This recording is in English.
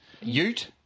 Ute